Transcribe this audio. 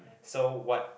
so what